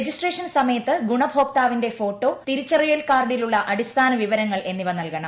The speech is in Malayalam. രജിസ്ട്രേഷൻ സമയത്ത് ഗൂണഭോക്താവിന്റെ ഫോട്ടോ തിരിച്ചറിയൽ കാർഡിലുള്ള അടിസ്ഥാന വിവരങ്ങൾ എന്നിവ നൽകണം